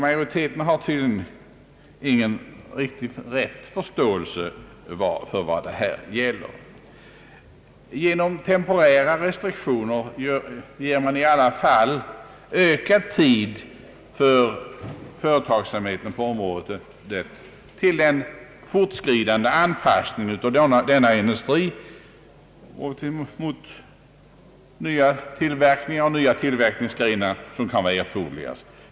Majoriteten har tydligen ingen riktig förståelse för vad det här gäller. Genom temporära restriktioner ger man i alla fall ökad tid för företagsamheten på området till en fortskridande anpassning av industrin till nya tillverkningar och tillverkningsgrenar som kan vara erforderliga.